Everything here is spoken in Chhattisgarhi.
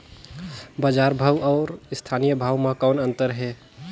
बजार भाव अउ स्थानीय भाव म कौन अन्तर हे?